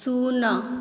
ଶୂନ